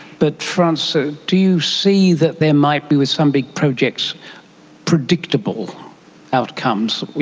but france, ah do you see that there might be with some big projects predictable outcomes,